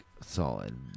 solid